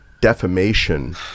defamation